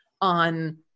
on